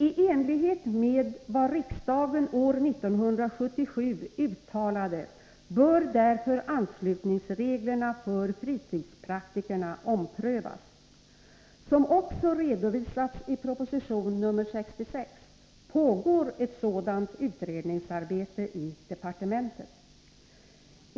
I enlighet med vad riksdagen år 1977 uttalade bör därför anslutningsreglerna för fritidspraktikerna omprövas. Som också redovisats i proposition nr 66 pågår ett sådant utredningsarbete i departementet.